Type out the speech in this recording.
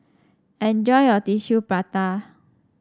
enjoy your Tissue Prata